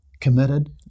committed